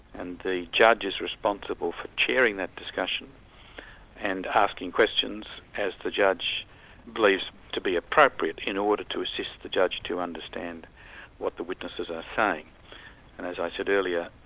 and the judge is responsible for chairing that discussion and asking questions as the judge believes to be appropriate, in order to assist the judge to understand what the witnesses are saying. and as i said earlier,